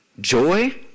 Joy